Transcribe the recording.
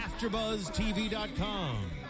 AfterBuzzTV.com